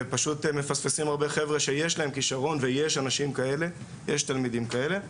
והם פשוט מפספסים הרבה חבר'ה שיש להם כשרון ויש תלמידים כאלה.